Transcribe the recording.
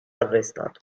arrestato